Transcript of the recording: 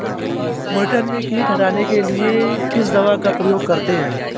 मटर में कीट हटाने के लिए किस दवा का प्रयोग करते हैं?